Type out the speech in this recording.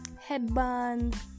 headbands